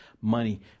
money